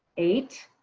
eight.